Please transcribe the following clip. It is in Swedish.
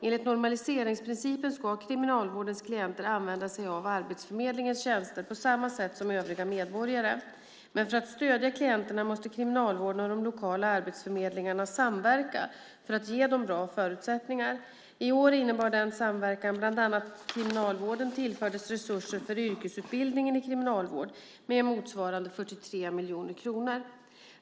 Enligt normaliseringsprincipen ska kriminalvårdens klienter använda sig av arbetsförmedlingens tjänster på samma sätt som övriga medborgare. Men för att stödja klienterna måste kriminalvården och de lokala arbetsförmedlingarna samverka för att ge dem bra förutsättningar. I år innebar denna samverkan bland annat att kriminalvården tillförts resurser för yrkesutbildningen i kriminalvård med motsvarande 43 miljoner kronor.